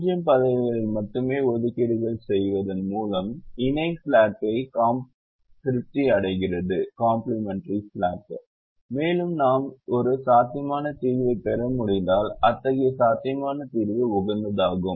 0 பதவிகளில் மட்டுமே ஒதுக்கீடுகளைச் செய்வதன் மூலம் இணை ஸ்லாக்கை திருப்தி அடைகிறது மேலும் நாம் ஒரு சாத்தியமான தீர்வைப் பெற முடிந்தால் அத்தகைய சாத்தியமான தீர்வு உகந்ததாகும்